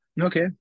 okay